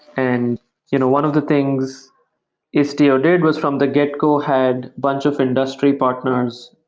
and you know one of the things istio did was from the get-go, had bunch of industry partners,